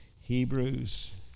Hebrews